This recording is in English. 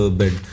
bed